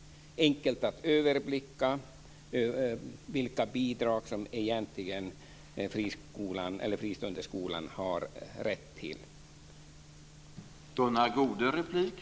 Är det enkelt att överblicka vilka bidrag som den fristående skolan egentligen har rätt till?